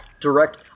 direct